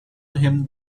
him